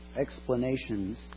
explanations